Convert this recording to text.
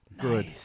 Good